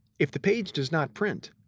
if the page does not print,